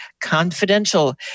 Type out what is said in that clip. Confidential